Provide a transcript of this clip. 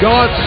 God